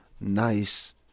nice